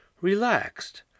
relaxed